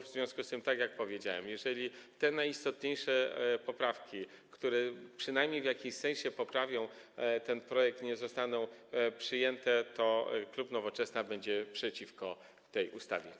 W związku z tym, tak jak powiedziałem, jeżeli te najistotniejsze poprawki, które przynajmniej w jakimś sensie poprawią ten projekt, nie zostaną przyjęte, klub Nowoczesna będzie przeciwko tej ustawie.